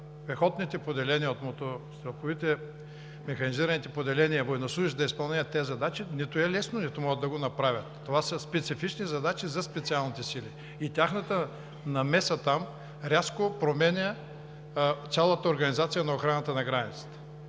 пехотните поделения, стрелкови механизирани поделения военнослужещи да изпълнят тези задачи нито е лесно, нито могат да го направят. Това са специфични задачи за „Специалните сили“. Тяхната намеса там рязко променя цялата организация на охраната на границата.